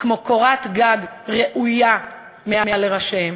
כמו קורת גג ראויה מעל לראשיהם.